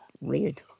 weird